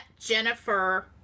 Jennifer